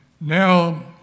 now